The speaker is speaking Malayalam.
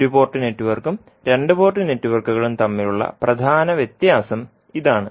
ഒരു പോർട്ട് നെറ്റ്വർക്കും രണ്ട് പോർട്ട് നെറ്റ്വർക്കുകളും തമ്മിലുള്ള പ്രധാന വ്യത്യാസം ഇതാണ്